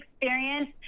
experience